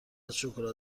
شکلات